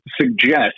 suggest